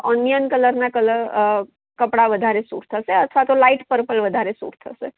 onion colour ના colour કપડાં વધારે સૂટ થશે અથવા તો લાઇટ પર્પલ વધારે સૂટ થશે